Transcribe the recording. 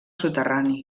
soterrani